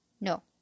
No